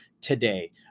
today